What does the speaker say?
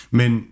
men